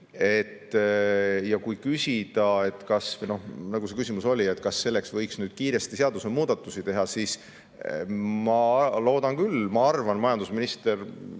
Ja kui küsida, nagu see küsimus oli, kas selleks võiks nüüd kiiresti seadusemuudatusi teha, siis ma [arvan] küll. Ma arvan, et majandusminister